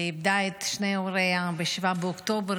שאיבדה את שני הוריה ב-7 באוקטובר,